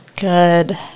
Good